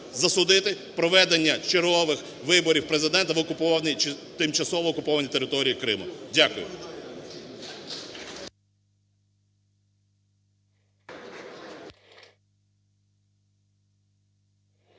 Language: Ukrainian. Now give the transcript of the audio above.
засудити проведення чергових виборів президента на тимчасово окупованій території Криму. Дякую.